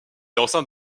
enceinte